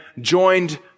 joined